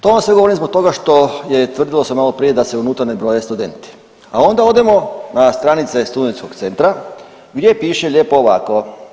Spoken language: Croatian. To vam sve govorim zbog toga što je tvrdilo se maloprije da se unutra ne broje studenti, a onda odemo na stranice studentskog centra gdje piše lijepo ovako.